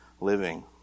living